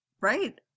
Right